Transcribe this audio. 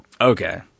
Okay